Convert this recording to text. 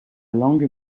langue